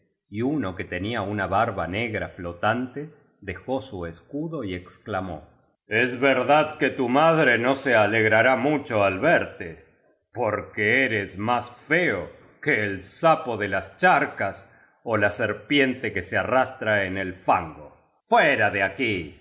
y uno que tenía una barba negra flotante dejó su escudo y exclamó es verdad que tu madre no se alegrará muclio al verte porque eres más feo que el sapo de las charcas ó la serpiente que se arrastra en el fango fuera de aquí